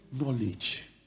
knowledge